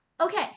Okay